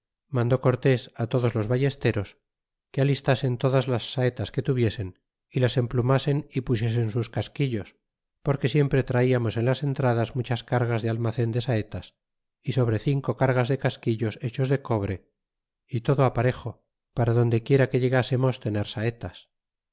mandó cortés todos los ballesteros que alistasen todas las saetas que tuviesen y las emplumasen y pusiesen sus casquillos porque siempre traiamos en las entradas muchas cargas de almacen de saetas y sobre cinco cargas de casquillos hechos de cobre y todo aparejo para donde quiera que llegásemos tener saetas